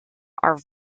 are